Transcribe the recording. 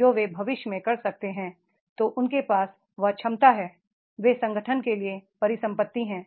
जो वे भविष्य में कर सकते हैं तो उनके पास वह क्षमता है वे संगठनके लिए परिसंपत्ति हैं